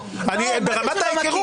זה ודאי שלא.